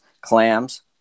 clams